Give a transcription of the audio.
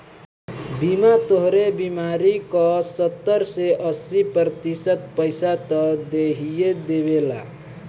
बीमा तोहरे बीमारी क सत्तर से अस्सी प्रतिशत पइसा त देहिए देवेला